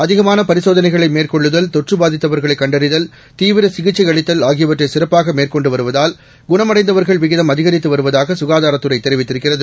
அதிகமானபரிசோதனைகளைமேற்கொள்ளுதல் தொற்றுபாதித்தவர்களைகண்டறிதல் தீவிரசிகிச்சைஅளித்தல்ஆகியவற்றைசிறப்பாகமேற்கொ ண்டுவருவதால் குண்ட் அடைந்தவர்கள்விகிதம்அதிகரித்துவருவதாகசுகாதா ரத்துறைதெரிவித்திருக்கிறது